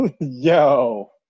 Yo